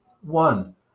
One